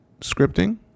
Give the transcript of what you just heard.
scripting